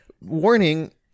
warning